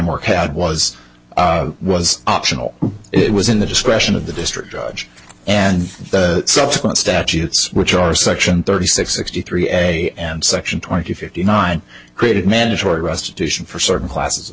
framework had was was optional it was in the discretion of the district judge and the subsequent statutes which are section thirty six sixty three a and section twenty fifty nine created mandatory restitution for certain classes